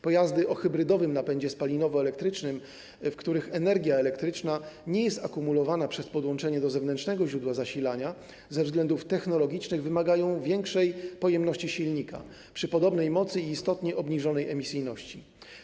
Pojazdy o hybrydowym napędzie spalinowo-elektrycznym, w których energia elektryczna nie jest akumulowana przez podłączenie do zewnętrznego źródła zasilania, ze względów technologicznych wymagają większej pojemności silnika przy podobnej mocy i istotnie obniżonej emisyjności.